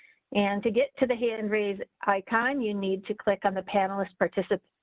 and to get to the hand raised icon. you need to click on the panelists participants.